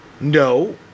No